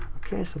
okay,